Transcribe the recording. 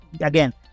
again